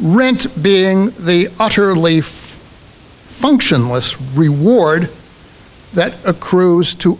rent being the utterly functionless reward that accrues to